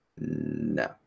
No